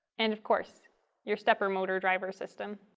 and of course your stepper motor driver system.